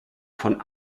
von